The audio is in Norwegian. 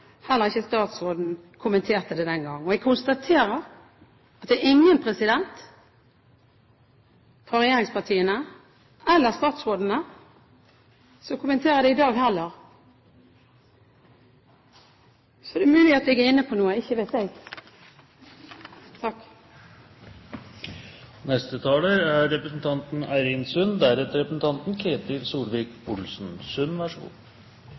heller ikke statsråden – kommenterte det den gangen. Jeg konstaterer at det er ingen fra regjeringspartiene eller statsrådene som kommenterer det i dag heller. Så det er mulig jeg er inne på noe – ikke vet jeg! Det at en er